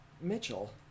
Mitchell